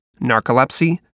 narcolepsy